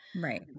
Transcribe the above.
Right